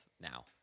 now